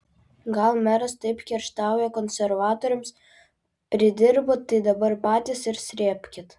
gal meras taip kerštauja konservatoriams pridirbot tai dabar patys ir srėbkit